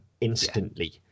instantly